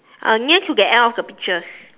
uh near to the end of the pictures